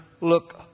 look